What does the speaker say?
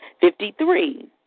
Fifty-three